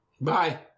Bye